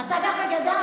אתה גר בגדרה.